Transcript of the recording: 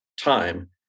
time